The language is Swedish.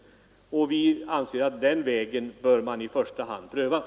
Vi anser att man i första hand bör pröva den vägen.